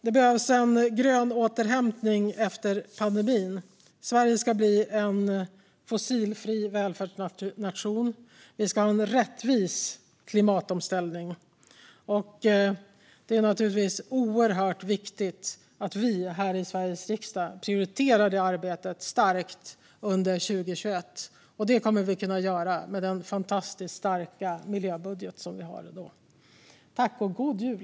Det behövs en grön återhämtning efter pandemin. Sverige ska bli en fossilfri välfärdsnation. Vi ska ha en rättvis klimatomställning. Det är oerhört viktigt att vi här i Sveriges riksdag prioriterar det arbetet starkt under 2021. Det kommer vi att kunna göra med den fantastiskt starka miljöbudget som vi kommer att ha. God jul!